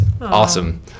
awesome